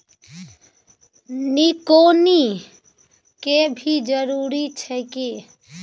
निकौनी के भी जरूरी छै की?